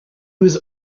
was